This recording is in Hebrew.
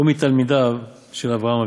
הוא מתלמידיו של אברהם,